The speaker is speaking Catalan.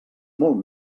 molt